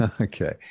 Okay